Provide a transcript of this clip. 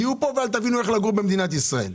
תהיו פה ואל תבינו איך לחיות במדינת ישראל.